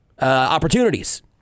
opportunities